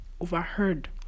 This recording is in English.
overheard